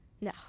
No